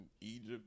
Egypt